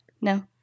No